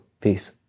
Peace